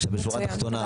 עכשיו בשורה תחתונה,